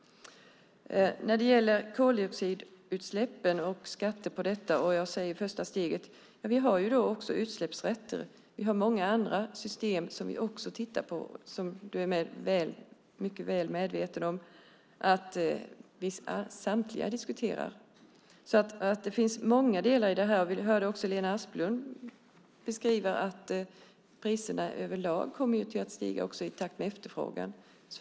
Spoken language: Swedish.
När det gäller koldioxidutsläppen och skatter på dem ser jag första steget. Men vi har också utsläppsrätter och många andra system som vi tittar på. Du är mycket väl medveten om att vi diskuterar samtliga. Det finns många delar i det här. Vi hörde också Lena Asplund beskriva att priserna överlag kommer att stiga i takt med efterfrågan.